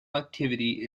activity